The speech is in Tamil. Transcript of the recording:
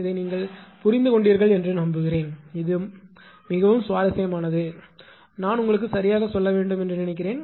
இதை நீங்கள் புரிந்து கொண்டீர்கள் என்று நம்புகிறேன் இது மிகவும் சுவாரஸ்யமானது நான் உங்களுக்குச் சரியாகச் சொல்ல வேண்டும் என்று நினைத்தேன்